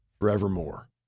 forevermore